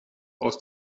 aus